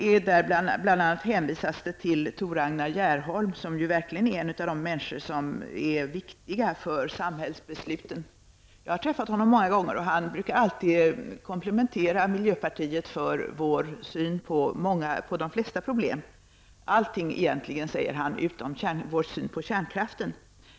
Det hänvisas där bl.a. till Ragnar Gerholm, som ju verkligen hör till de människor som är viktiga för samhällsbesluten. Jag har träffat honom många gånger, och han brukar alltid komplimentera miljöpartiet för vår syn på de flesta problem. Det gäller egentligen allting, säger han, utom vår syn på kärnkraften.